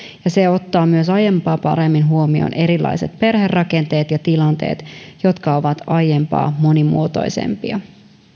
ja se ottaa myös aiempaa paremmin huomioon erilaiset perherakenteet ja tilanteet jotka ovat aiempaa monimuotoisempia